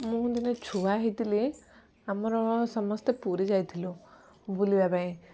ମୁଁ ଦିନେ ଛୁଆ ହେଇଥିଲି ଆମର ସମସ୍ତେ ପୁରୀ ଯାଇଥିଲୁ ବୁଲିବା ପାଇଁ